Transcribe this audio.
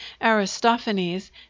Aristophanes